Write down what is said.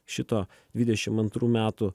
šito dvidešim antrų metų